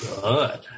Good